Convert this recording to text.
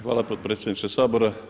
Hvala potpredsjedniče Sabora.